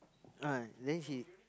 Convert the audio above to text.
ah then she